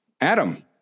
Adam